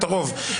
את הרוב.